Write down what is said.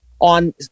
on